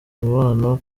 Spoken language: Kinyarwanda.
umubano